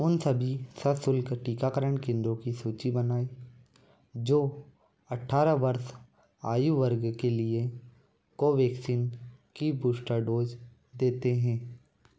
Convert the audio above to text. उन सभी सशुल्क टीकाकरण केंद्रों की सूची बनाएँ जो अठारह वर्ष आयु वर्ग के लिए कोवेक्सीन की बूश्टर डोज़ देते हैं